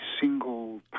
single